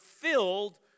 filled